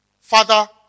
Father